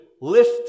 lift